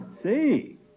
See